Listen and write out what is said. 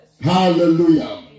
Hallelujah